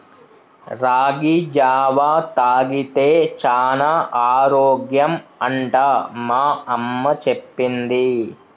రాగి జావా తాగితే చానా ఆరోగ్యం అంట మా అమ్మ చెప్పింది